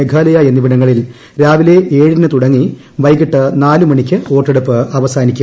മേഘാലയ എന്നിവിടങ്ങളിൽ രാവിലെ ഏഴിന് തുടങ്ങി വൈകിട്ട് നാല് മണിക്ക് വോട്ടെടുപ്പ് അവസാനിക്കും